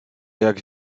jak